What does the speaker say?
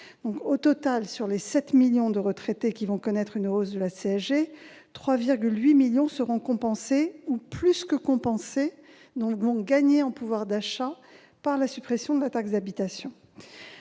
Au total, sur les 7 millions de retraités qui connaîtront une augmentation de la CSG, 3,8 millions seront compensés, voire plus que compensés- ils gagneront en pouvoir d'achat par la suppression de la taxe d'habitation.